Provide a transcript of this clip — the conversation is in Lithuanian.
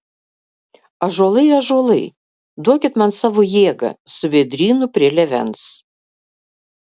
ąžuolai ąžuolai duokit man savo jėgą su vėdrynu prie lėvens